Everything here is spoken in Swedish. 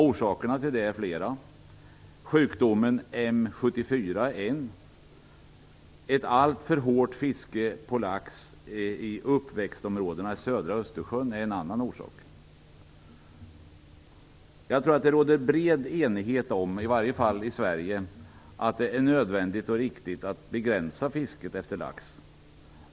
Orsakerna till det är flera. Sjukdomen M 74 är en. Ett alltför hårt fiske på lax i uppväxtområdena i södra Östersjön är en annan. Jag tror att det råder en bred enighet - i alla fall i Sverige - om att det är nödvändigt och riktigt att begränsa fisket efter lax.